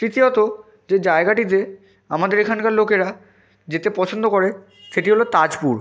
তৃতীয়ত যে জায়গাটিতে আমাদের এখানকার লোকেরা যেতে পছন্দ করে সেটি হলো তাজপুর